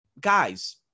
guys